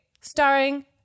starring